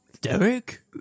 Derek